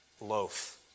loaf